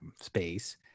space